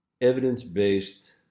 evidence-based